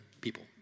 people